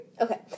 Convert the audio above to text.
Okay